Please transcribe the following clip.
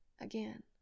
again